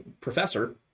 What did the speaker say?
professor